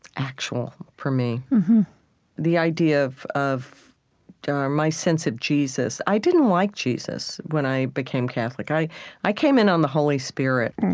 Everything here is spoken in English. actual for me the idea of of um my sense of jesus i didn't like jesus, when i became catholic. i i came in on the holy spirit.